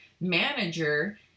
manager